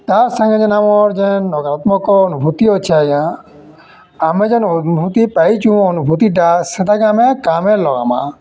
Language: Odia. ତା'ର୍ ସାଙ୍ଗେ ଯେନ୍ ଆମର୍ ଯେନ୍ ନକାରାତ୍ମକ ଅନୁଭୂତି ଅଛେ ଆଜ୍ଞା ଆମେ ଯେନ୍ ଅନୁଭୂତି ପାଇଛୁଁ ଅନୁଭୂତିଟା ସେଟାକେ ଆମେ କାମେ ଲଗାମା